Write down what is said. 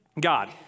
God